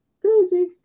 crazy